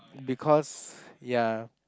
because ya